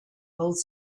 both